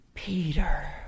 Peter